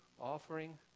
offering